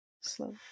Slow